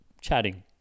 chatting